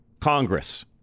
Congress